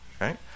Right